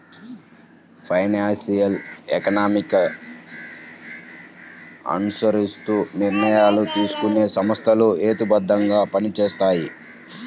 financial economics ని అనుసరిస్తూ నిర్ణయాలు తీసుకునే సంస్థలు హేతుబద్ధంగా పనిచేస్తాయి